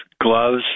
gloves